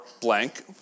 blank